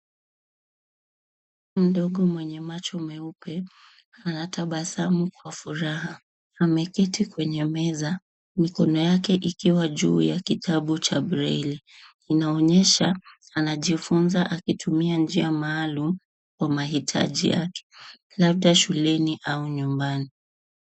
Mvulana mdogo mwenye macho meupe anatabasamu kwa furaha .Ameketi kwenye meza mikono yake ikiwa juu ya kitabu cha breli. Inaonyesha anajifunza akitumia njia maalum kwa maitaji yake labda shuleni au nyumbani.